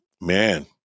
man